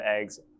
eggs